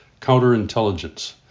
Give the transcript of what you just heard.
counterintelligence